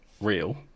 real